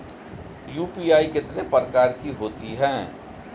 UPI कितने प्रकार की होती हैं?